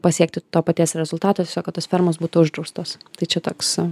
pasiekti to paties rezultato tiesiog kad tos fermos būtų uždraustos tai čia toks